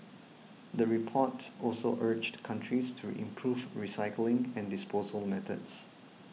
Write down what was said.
the report also urged countries to improve recycling and disposal methods